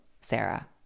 Sarah